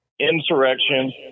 insurrection